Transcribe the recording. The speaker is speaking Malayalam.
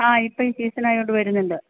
ആ ഇപ്പം ഈ സീസണായതു കൊണ്ടു വരുന്നുണ്ട്